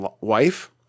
wife